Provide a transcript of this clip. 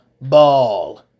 Ball